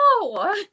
No